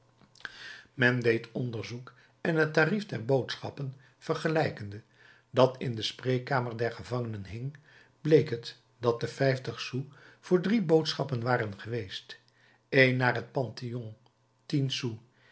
men deed onderzoek en het tarief der boodschappen vergelijkende dat in de spreekkamer der gevangenen hing bleek het dat de vijftig sous voor drie boodschappen waren geweest een naar het pantheon tien sous